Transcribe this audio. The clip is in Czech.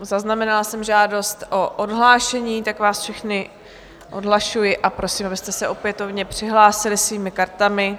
Zaznamenala jsem žádost o odhlášení, tak vás všechny odhlašuji a prosím, abyste se opětovně přihlásili svými kartami.